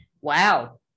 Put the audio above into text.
Wow